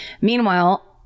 meanwhile